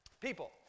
people